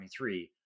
2023